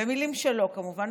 במילים שלו, כמובן.